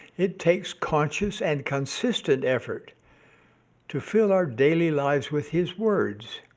it takes conscious and consistent effort to fill our daily lives with his words,